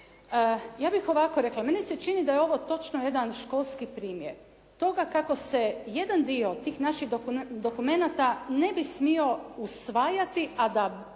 Ja bih ovako rekla, meni se čini da je ovo točno jedan školski primjer toga kako se jedan dio tih naših dokumenata ne bi smio usvajati a da